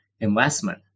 investment